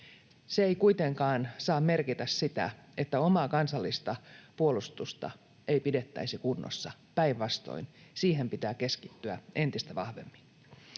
Se ei kuitenkaan saa merkitä sitä, että omaa kansallista puolustusta ei pidettäisi kunnossa — päinvastoin, siihen pitää keskittyä entistä vahvemmin.